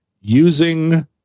using